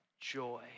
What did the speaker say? joy